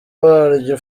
waryo